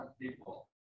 people